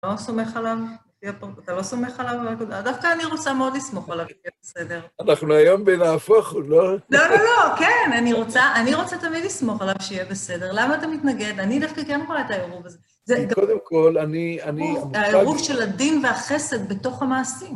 אתה לא סומך עליו? אתה לא סומך עליו? דווקא אני רוצה מאוד לסמוך עליו, שיהיה בסדר. אנחנו היום בנהפוך הוא, לא? לא, לא, לא, כן, אני רוצה תמיד לסמוך עליו שיהיה בסדר. למה אתה מתנגד? אני דווקא כן רואה את העירוב הזה. קודם כל, אני... העירוב של הדין והחסד בתוך המעשים.